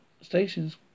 stations